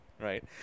right